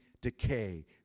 decay